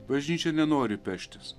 bažnyčia nenori peštis